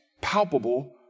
palpable